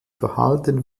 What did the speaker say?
verhalten